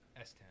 S10